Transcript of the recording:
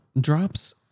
Drops